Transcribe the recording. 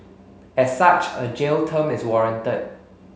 as such a jail term is warranted